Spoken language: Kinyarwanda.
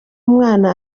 umwana